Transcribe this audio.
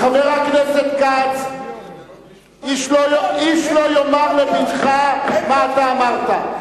חבר הכנסת כץ, איש לא יאמר לבתך מה אתה אמרת.